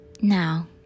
Now